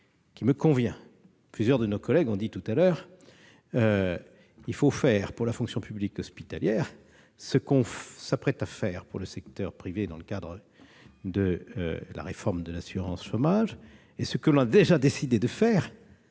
qui me convient. Plusieurs de nos collègues ont dit qu'il fallait faire pour la fonction publique hospitalière ce que l'on s'apprête à faire pour le secteur privé dans le cadre de la réforme de l'assurance chômage et ce que l'on a déjà décidé de faire